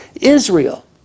Israel